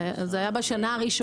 זה היה בשנה הראשונה.